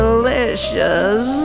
Delicious